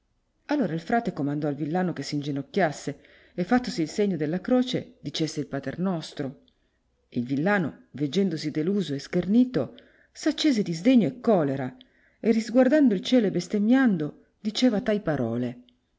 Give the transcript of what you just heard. all'ora il frate comandò al villano che s'ingenocchiasse e fattosi il segno della croce dicesse il pater nostro il villano veggendosi deluso e schernito s'accese di sdegno e colera e risguardando il cielo e bestemmiando diceva tai parole